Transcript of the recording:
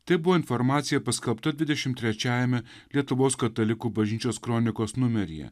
tai buvo informacija paskelbta dvidešim trečiajame lietuvos katalikų bažnyčios kronikos numeryje